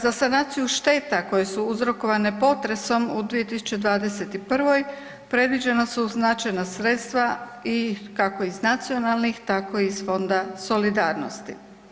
Za sanaciju šteta koje su uzrokovane potresom u 2021. predviđena su značajna sredstva i kako iz nacionalnih tako i iz Fonda solidarnosti.